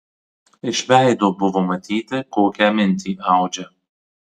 iš veido buvo matyti kokią mintį audžia